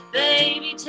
baby